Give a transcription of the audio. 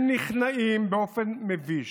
הם נכנעים באופן מביש,